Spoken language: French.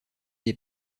des